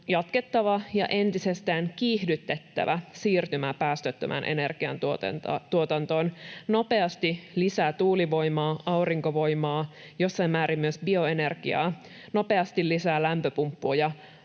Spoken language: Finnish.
jatkettava ja entisestään kiihdytettävä siirtymää päästöttömään energiantuotantoon. Nopeasti lisää tuulivoimaa, aurinkovoimaa, jossain määrin myös bioenergiaa, nopeasti lisää lämpöpumppuja